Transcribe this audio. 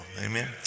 Amen